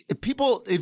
People